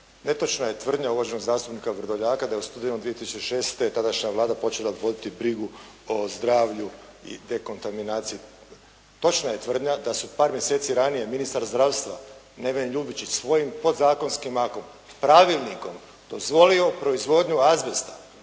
Netočna je tvrdnja uvaženog zastupnika Vrdoljaka da je u studenom 2006. tadašnja Vlada počela voditi brigu o zdravlju i dekontaminaciji. Točna je tvrdnja da su par mjeseci ranije ministar zdravstva Neven Ljubičić svojim podzakonskim aktom pravilnikom dozvolio proizvodnju azbesta